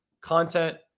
content